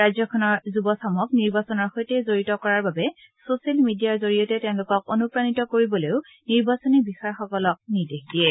ৰাজ্যখনৰ যুৱচামক নিৰ্বাচনৰ সৈতে জড়িত কৰাৰ বাবে ছচিয়েল মিডিয়াৰ জৰিয়তে তেওঁলোকক অনুপ্ৰাণিত কৰিবলৈও নিৰ্বাচনী বিষয়াসকলক নিৰ্দেশ দিয়ে